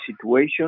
situation